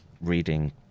reading